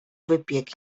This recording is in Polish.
wypiek